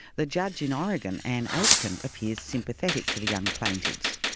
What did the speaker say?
the judge in oregon, ann aitken, appears sympathetic to the young plaintiffs,